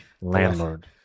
landlord